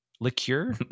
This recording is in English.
liqueur